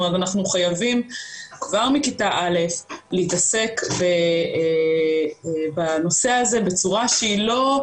אנחנו חייבים כבר מכיתה א' להתעסק בנושא הזה בצורה שהיא לא,